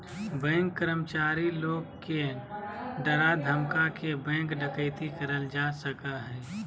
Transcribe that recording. bank कर्मचारी लोग के डरा धमका के बैंक डकैती करल जा सका हय